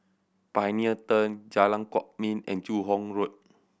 Pioneer Turn Jalan Kwok Min and Joo Hong Road